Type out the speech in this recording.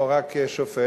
או רק שופט?